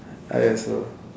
I also